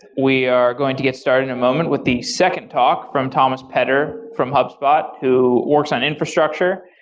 we are going to get started in a moment with the second talk from thomas petr from hubspot who works on infrastructure.